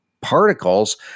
particles